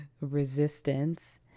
resistance